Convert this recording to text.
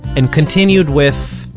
and continued with,